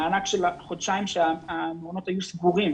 המענק של החודשיים כאשר המעונות היו סגורים